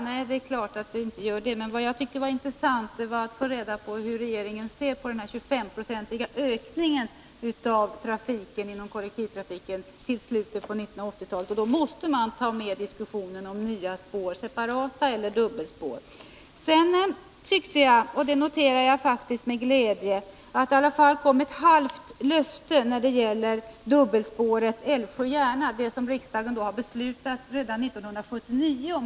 Nej, det är klart att det inte gör, men vad jag tyckte var Nr 68 intressant att få reda på var hur regeringen ser på den 25-procentiga ökningen Måndagen den av kollektivtrafiken i slutet av 1980-talet. Då måste man ta med i 1 februari 1982 diskussionen frågan om nya spår — separata spår eller dubbelspår. Sedan noterade jag med glädje att kommunikationsministern ialla fallgav Om pendeltågstraett halvt löfte när det gäller dubbelspåret Alvsjö-Järna, som riksdagen fiken i Stockfattade beslut om redan 1979.